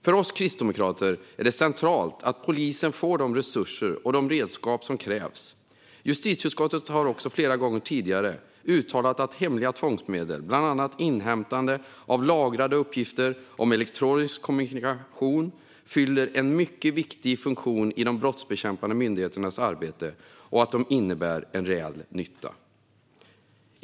För Kristdemokraterna är det centralt att polisen får de resurser och redskap som krävs. Justitieutskottet har också flera gånger tidigare uttalat att hemliga tvångsmedel, bland annat inhämtning av lagrade uppgifter om elektronisk kommunikation, fyller en mycket viktig funktion i de brottsbekämpande myndigheternas arbete och att de innebär en reell nytta.